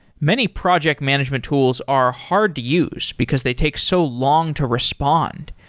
many project management tools are hard to use because they take so long to respond,